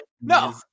No